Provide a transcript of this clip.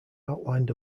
outlined